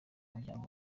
muryango